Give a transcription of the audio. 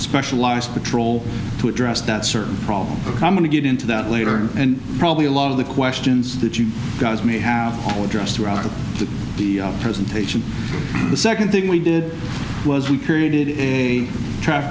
specialized patrol to address that certain problem i'm going to get into that later and probably a lot of the questions that you guys may have addressed throughout the presentation the second thing we did was we created a tra